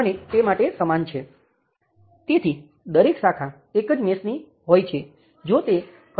તેથી આ કરંટ નિયંત્રિત કરંટ સ્ત્રોત જેવું જ છે